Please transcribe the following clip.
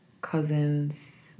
cousins